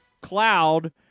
cloud